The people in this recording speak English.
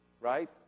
right